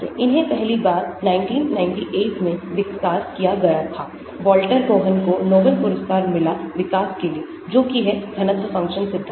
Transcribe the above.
इन्हें पहली बार 1998 में विकास किया गया था वाल्टर कोहन को नोबेल पुरस्कार मिला विकास के लिए जो की है घनत्व फंक्शनल सिद्धांत